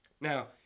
Now